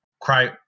cry